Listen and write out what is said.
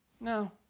no